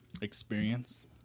experience